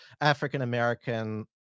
African-American